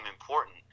important